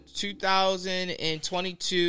2022